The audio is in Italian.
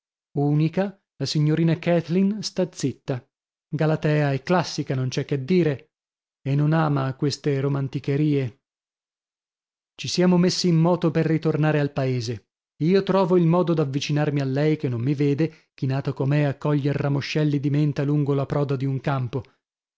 unica la signorina kathleen sta zitta galatea è classica non c'è che dire e non ama queste romanticherie ci siamo messi in moto per ritornare al paese io trovo il modo d'avvicinarmi a lei che non mi vede chinata com'è a coglier ramoscelli di menta lungo la proda di un campo